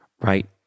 right